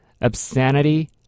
obscenity